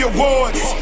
Awards